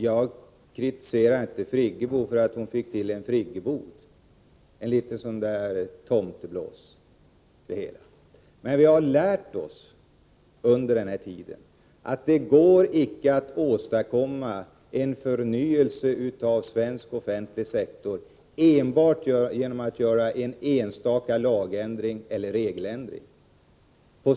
Jag kritiserade inte Birgit Friggebo för att hon fick till ”friggeboden”, ett sådant där litet tomtebloss, men vi har lärt oss att det går icke att åstadkomma en förnyelse av svensk offentlig sektor genom att göra en enstaka lagändring eller regeländring.